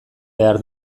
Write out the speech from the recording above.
behar